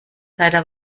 leider